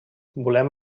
volem